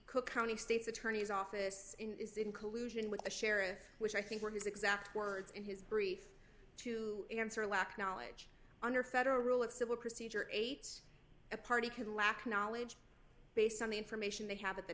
cook county state's attorney's office in is in collusion with the sheriff which i think were his exact words in his brief to answer lack knowledge under federal rule of civil procedure eight a party can lack knowledge based on the information they have at the